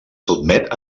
sotmet